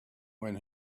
when